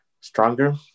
stronger